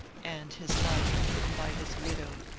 and his life written by his widow,